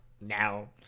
now